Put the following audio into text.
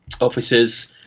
officers